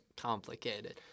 complicated